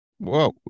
whoa